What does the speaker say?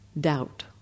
doubt